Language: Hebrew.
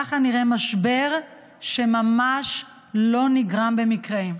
כך נראה משבר שממש לא נגרם במקרה.